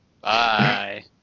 Bye